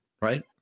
right